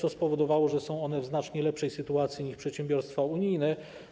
To spowodowało, że są one w znacznie lepszej sytuacji niż przedsiębiorstwa unijne.